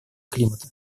климата